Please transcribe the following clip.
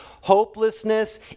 hopelessness